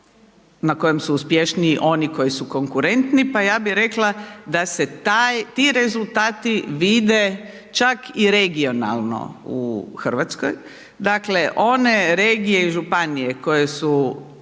na kojem su uspješniji oni koji su konkuretniji, pa ja bi rekla da se ti rezultati vide čak i regionalno u Hrvatskoj, dakle one regije i županije koje su